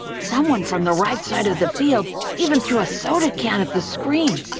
someone from the right side of the field even threw a soda can at the screen,